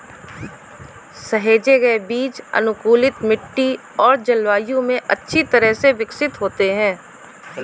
सहेजे गए बीज अनुकूलित मिट्टी और जलवायु में अच्छी तरह से विकसित होते हैं